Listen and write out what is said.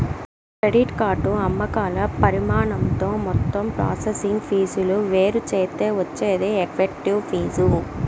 credit card అమ్మకాల పరిమాణంతో మొత్తం ప్రాసెసింగ్ ఫీజులు వేరుచేత్తే వచ్చేదే ఎఫెక్టివ్ ఫీజు